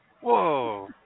Whoa